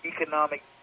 economic